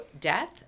death